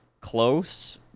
close